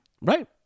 right